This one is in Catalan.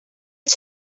els